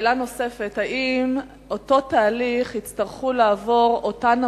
האם אותן עמותות יצטרכו לעבור את אותו